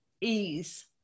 ease